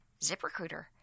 ZipRecruiter